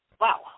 Wow